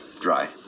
Dry